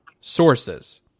sources